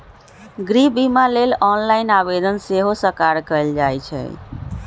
गृह बिमा लेल ऑनलाइन आवेदन सेहो सकार कएल जाइ छइ